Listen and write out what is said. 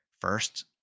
first